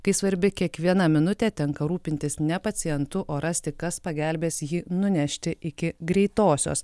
kai svarbi kiekviena minutė tenka rūpintis ne pacientu o rasti kas pagelbės jį nunešti iki greitosios